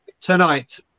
tonight